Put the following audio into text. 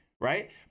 Right